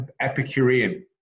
epicurean